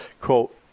quote